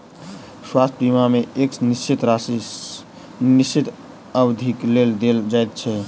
स्वास्थ्य बीमा मे एक निश्चित राशि निश्चित अवधिक लेल देल जाइत छै